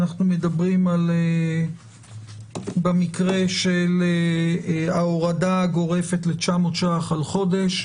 אנחנו מדברים במקרה של ההורדה הגורפת ל-900 ₪ על חודש,